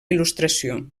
il·lustració